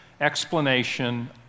Explanation